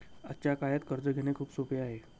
आजच्या काळात कर्ज घेणे खूप सोपे आहे